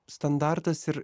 standartas ir